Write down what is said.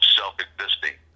self-existing